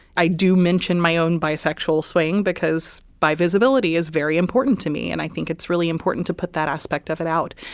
i do mention my own bisexual swaying because by visibility is very important to me and i think it's really important to put that aspect of it out.